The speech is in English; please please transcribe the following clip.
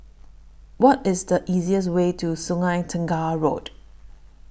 What IS The easiest Way to Sungei Tengah Road